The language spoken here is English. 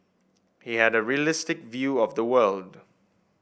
he had a realistic view of the world